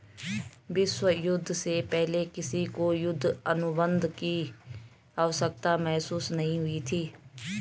विश्व युद्ध से पहले किसी को युद्ध अनुबंध की आवश्यकता महसूस नहीं हुई थी